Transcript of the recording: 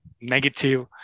negative